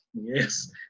Yes